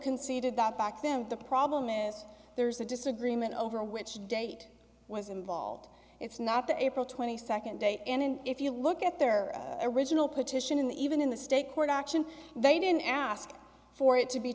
conceded that back then the problem is there's a disagreement over which date was involved it's not the april twenty second day in and if you look at their original petition in the even in the state court action they didn't ask for it to be